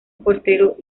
portero